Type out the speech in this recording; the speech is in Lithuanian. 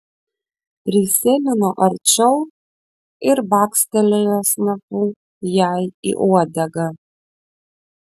prisėlino arčiau ir bakstelėjo snapu jai į uodegą